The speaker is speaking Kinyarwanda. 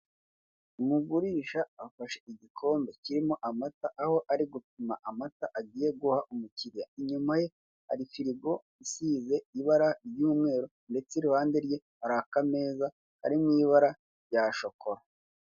Umugurisha afashe igikombe kirimo amata aho ari gupima amata agiye guha umukiriya, inyuma ye hari firigo isize ibara ry'umweru ndetse iruhande rwe hari akameza kari mu ibara rya shokora.